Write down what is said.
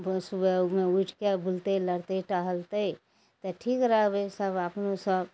रोज सुबहमे उठिके बुलतइ लड़तइ टहलतइ तऽ ठीक रहबइ सब अपनो सब